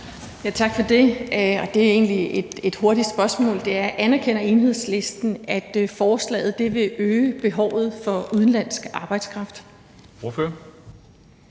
tak for det, og det er egentlig et hurtigt spørgsmål: Anerkender Enhedslisten, at forslaget vil øge behovet for udenlandsk arbejdskraft?